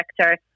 sector